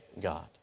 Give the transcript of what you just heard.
God